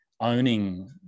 owning